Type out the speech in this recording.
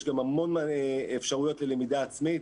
יש גם המון אפשרויות ללמידה עצמית.